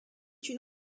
une